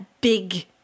big